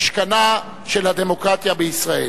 משכנה של הדמוקרטיה בישראל.